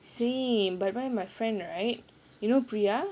same by right my friend right you know priya